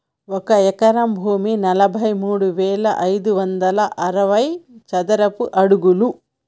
ఒక ఎకరం భూమి నలభై మూడు వేల ఐదు వందల అరవై చదరపు అడుగులు